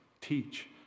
teach